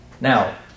Now